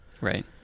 right